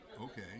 Okay